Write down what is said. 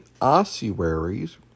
ossuaries